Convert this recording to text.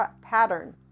pattern